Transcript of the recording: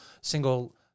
single